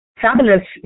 fabulous